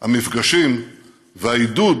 המפגשים והעידוד